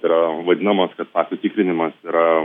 tai yra vadinamas kad faktų tikrinimas yra